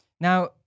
Now